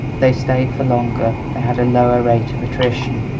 they stayed for longer, they had a lower rate of attrition.